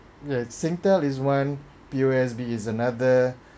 yea singtel is one P_O_S_B is another